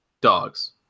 dogs